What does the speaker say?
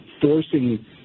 forcing